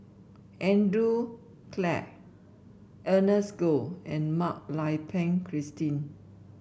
Andrew Clarke Ernest Goh and Mak Lai Peng Christine